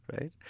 Right